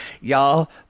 Y'all